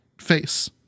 face